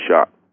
shot